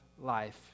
life